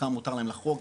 כמה מותר להם לחרוג,